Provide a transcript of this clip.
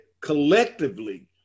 collectively